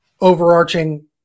overarching